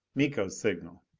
miko's signal!